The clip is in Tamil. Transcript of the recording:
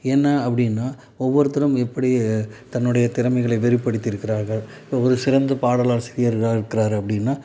என்ன அப்படினால் ஒவ்வொருத்தரும் எப்படி தன்னுடைய திறமைகளை வெளிப்படுத்தியிருக்கிறார்கள் ஒவ்வொரு சிறந்த பாடலாசிரியர்களாக இருக்கிறாரு அப்படினால்